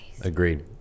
agreed